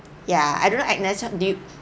ya I don't know agnes so do you